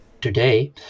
today